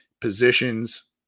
positions